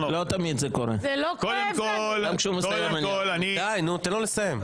--- די נו, תנו לו לסיים.